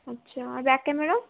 আচ্ছা আর back camera